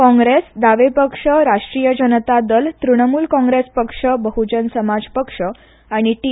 कॉग्रेस दावे पक्ष राष्ट्रीय जनता दल त्रुणमुल कॉग्रेस पक्ष बह्जन समाज पक्ष आनी टी